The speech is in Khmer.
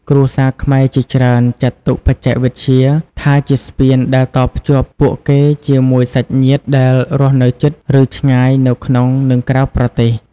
គ្រួសារខ្មែរជាច្រើនចាត់ទុកបច្ចេកវិទ្យាថាជាស្ពានដែលតភ្ជាប់ពួកគេជាមួយសាច់ញាតិដែលរស់នៅជិត ឬ ឆ្ងាយ នៅក្នុង និងក្រៅប្រទេស។